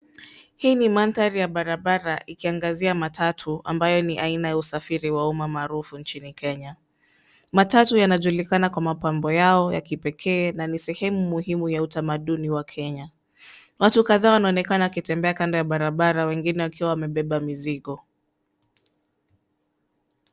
Hii ni mandhari ya barabara ikiangazia matatu ambayo ni aina ya usafiri wa umma maarufu nchini Kenya. Matatu yanajulikana kwa mapambo yao ya kipekee na ni sehemu muhimu ya utamaduni wa Kenya. Watu kadhaa wanaonekana wakitembea kando ya barabara wengine wakiwa wamebeba mizigo.